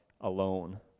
alone